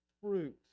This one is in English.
fruit